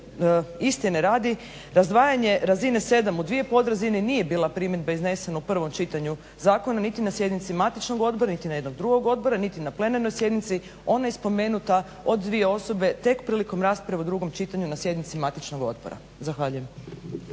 istine radi razdvajanje razine 7 u dvije pod razine nije bila primjedba iznesena u prvom čitanju zakona niti na sjednici matičnog odbora, niti ijednog drugog odbora, niti na plenarnoj sjednici. Ona je spomenuta od 2 osobe tek prilikom rasprave u 2 čitanju na sjednici matičnog odbora. Zahvaljujem.